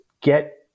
get